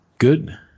Good